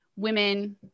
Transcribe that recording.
women